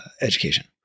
education